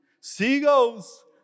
Seagulls